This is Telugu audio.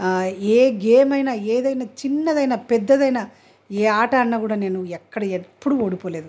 ఏ గేమ్ అయినా ఏదైనా చిన్నదైనా పెద్దదైనా ఏ ఆట ఆడినా కూడా నేను ఎక్కడ ఎప్పుడూ ఓడిపోలేదు